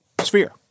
sphere